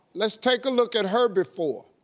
let's take a look at her before.